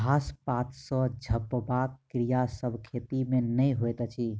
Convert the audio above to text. घास पात सॅ झपबाक क्रिया सभ खेती मे नै होइत अछि